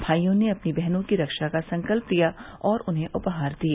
भाईयों ने अपनी बहनों की रक्षा का संकल्प लिए और उन्हें उपहार दिए